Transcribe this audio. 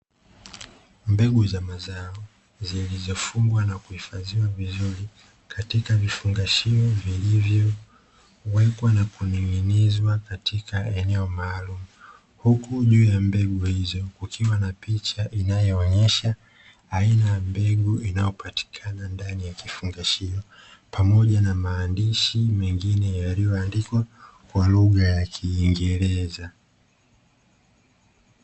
Mbegu za mazao zilizofungwa na kuhifadhiwa vizuri katika vifungashio, vilivyowekwa na kuning'inizwa katika eneo maalumu, huku juu ya mbegu hizo kukiwa na picha inayoonyesha aina mbegu inayopatikana ndani ya kifungashio, pamoja na maandishi mengine, yaliyoandikwa kwa lugha ya kiingereza.